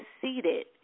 seated